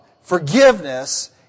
Forgiveness